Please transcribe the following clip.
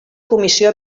comissió